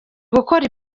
gukora